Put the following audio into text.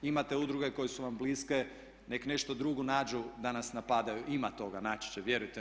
Imate udruge koje su vam bliske nek' nešto drugo nađu da nas napadaju, ima toga naći će, vjerujte mi.